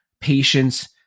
patience